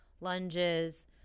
lunges